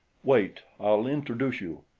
wait, i'll introduce you.